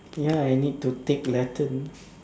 ya I need to take Latin